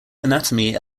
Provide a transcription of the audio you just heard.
anatomy